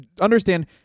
understand